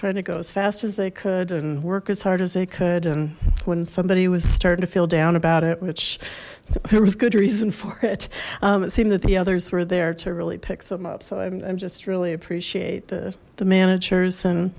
trying to go as fast as they could and work as hard as they could and when somebody was starting to feel down about it which there was good reason for it it seemed that the others were there to really pick them up so i'm just really appreciate the the managers and